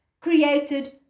created